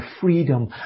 freedom